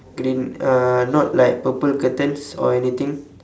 green uh not like purple curtains or anything